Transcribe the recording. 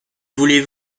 voulez